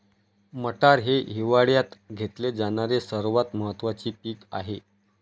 मटार हे हिवाळयात घेतले जाणारे सर्वात महत्त्वाचे पीक आहे